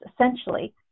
essentially